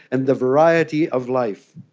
and the variety of life,